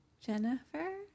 Jennifer